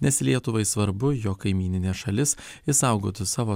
nes lietuvai svarbu jog kaimyninė šalis išsaugotų savo